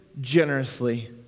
generously